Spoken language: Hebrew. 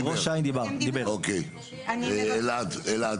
אוקיי אלעד אלעד